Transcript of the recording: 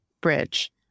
Bridge